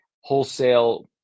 wholesale